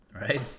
right